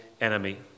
enemy